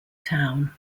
town